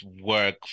work